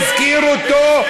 הוא הזכיר אותו,